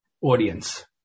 audience